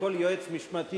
וכל יועץ משפטי,